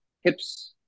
Hips